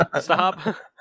stop